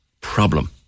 problem